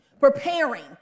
preparing